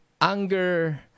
anger